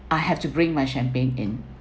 I have to bring my champagne in